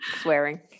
swearing